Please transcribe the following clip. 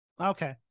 Okay